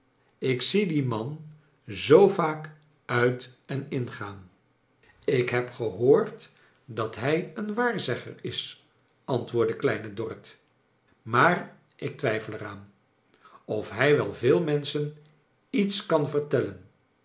ik zie dien man zoo vaak uit en ingaan ik heb gehoord dat hij een waarzegger is antwoordde kleine dorrit maar ik twijfel er aan of hij wel veel menschen iets kan vertellen